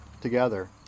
together